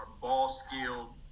ball-skilled